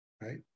right